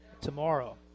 tomorrow